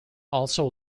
also